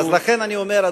לכן אני אומר,